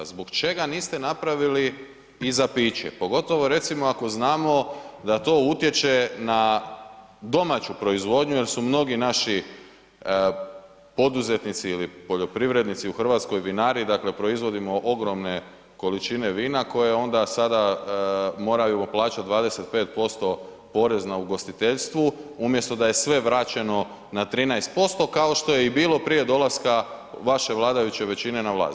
Zbog čega niste napravili i za piće, pogotovo recimo ako znamo da to utječe na domaću proizvodnju jer su mnogi naši poduzetnici ili poljoprivrednici u Hrvatskoj vinari proizvodimo ogromne količine vina koje onda sada moraju plaćati 25% porez na ugostiteljstvu umjesto da je sve vraćeno na 13% kao što je i bilo prije dolaska vaše vladajuće većine na vlast.